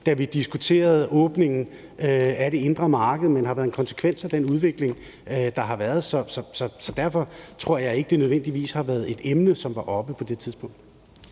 da vi diskuterede åbningen af det indre marked, men har været en konsekvens af den udvikling, der har været. Så derfor tror jeg ikke, at det nødvendigvis har været et emne, som var oppe på det tidspunkt.